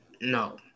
no